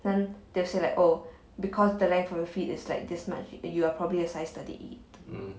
then they'll say like oh because the length of your feet is like this much you are probably a size thirty eight